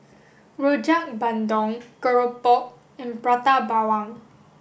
Rojak Bandung Keropok and Prata Bawang